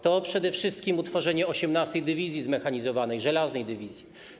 To przede wszystkim utworzenie 18. Dywizji Zmechanizowanej - Żelaznej Dywizji.